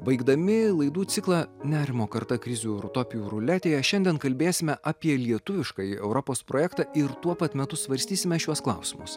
baigdami laidų ciklą nerimo karta krizių ir utopijų ruletėje šiandien kalbėsime apie lietuviškąjį europos projektą ir tuo pat metu svarstysime šiuos klausimus